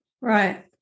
Right